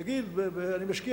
תגיד: אני משקיע